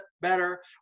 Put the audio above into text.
better